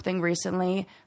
recently